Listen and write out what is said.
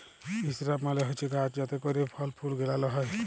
ইসরাব মালে হছে গাহাচ যাতে ক্যইরে ফল ফুল গেলাল হ্যয়